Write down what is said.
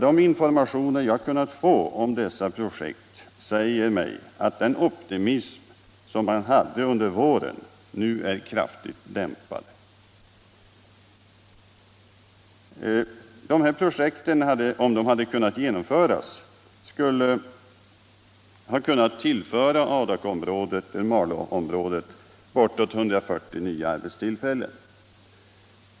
De informationer jag kunnat få om dessa projekt säger att den optimism som man hade under våren nu är kraftigt dämpad. Hade de kunnat genomföras skulle bortåt 140 nya arbetstillfällen ha kunnat tillföras Malåområdet.